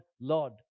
Lord